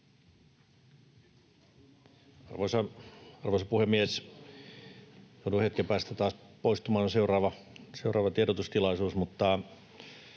Arvoisa puhemies! Joudun hetken päästä taas poistumaan, on seuraava tiedotustilaisuus.